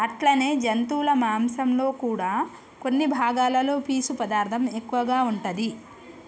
అట్లనే జంతువుల మాంసంలో కూడా కొన్ని భాగాలలో పీసు పదార్థం ఎక్కువగా ఉంటాది